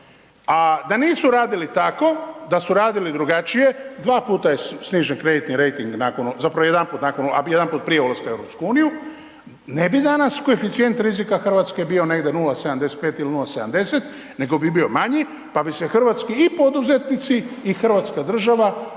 A da nisu radili tako, da su radili drugačije, dva puta je snižen kreditni rejting zapravo jedanput prije ulaska u EU, ne bi danas koeficijent rizika Hrvatske bio negdje 0,75 ili 0,70 nego bi bio manji pa bi se i hrvatski poduzetnici i Hrvatska država